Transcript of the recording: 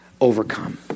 overcome